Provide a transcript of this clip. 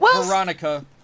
Veronica